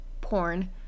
porn